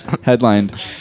headlined